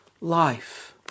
life